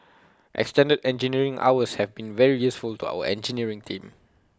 extended engineering hours have been very useful to our engineering team